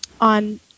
on